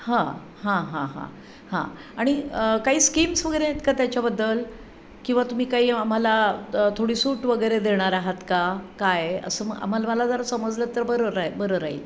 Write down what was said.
हां हां हां हां हां आणि काही स्कीम्स वगैरे आहेत का त्याच्याबद्दल किंवा तुम्ही काही आम्हाला थोडी सूट वगैरे देणार आहात का काय असं मग आम्हाला मला जर समजलं तर बरं राहील बरं राहील